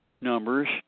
numbers